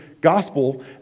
gospel